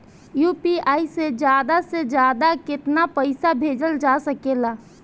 UPI से ज्यादा से ज्यादा केतना पईसा भेजल जा सकेला?